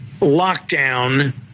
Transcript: lockdown